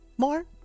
More